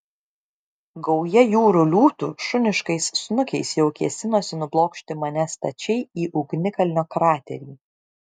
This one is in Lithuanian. gauja jūrų liūtų šuniškais snukiais jau kėsinosi nublokšti mane stačiai į ugnikalnio kraterį